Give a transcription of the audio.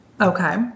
Okay